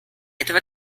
etwa